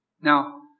Now